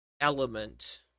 element